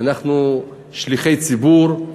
אנחנו שליחי הציבור.